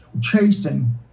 chasing